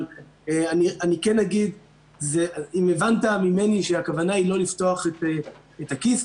אבל אני כן אגיד שאם הבנת ממני שהכוונה היא לא לפתוח את הכיס,